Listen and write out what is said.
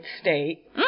state